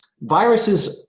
Viruses